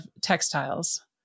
textiles